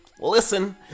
Listen